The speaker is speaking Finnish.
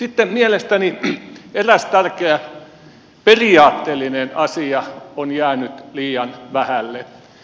sitten mielestäni eräs tärkeä periaatteellinen asia on jäänyt liian vähälle